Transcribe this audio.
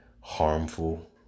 harmful